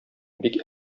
бик